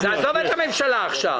עזוב את הממשלה עכשיו.